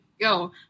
go